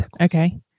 Okay